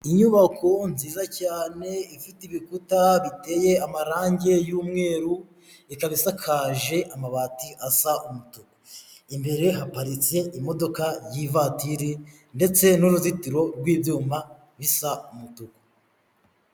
Inyubako nziza cyane ifite ibikuta biteye amarangi y'umweru, itasakaje amabati asa umutuku. Imbere haparitse imodoka y'ivatiri, ndetse n'uruzitiro rw'ibyuma bisa umutuku.